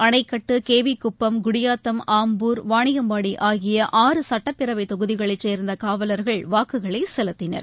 அணைக்கட்டு கேவிகுப்பம் குடியாத்தம் ஆம்பூர் வாணியம்பாடிஆகிய ஆறு சட்டப்பேரவைதொகுதிகளைச் சேர்ந்தகாவலர்கள் வாக்குகளைசெலுத்தினர்